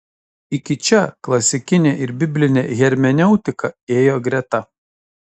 iki čia klasikinė ir biblinė hermeneutika ėjo greta